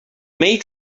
made